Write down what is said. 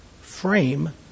frame